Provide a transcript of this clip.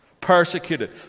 persecuted